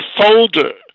folder